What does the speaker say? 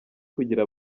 kugira